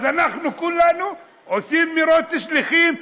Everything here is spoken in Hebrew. אז אנחנו כולנו עושים מרוץ שליחים.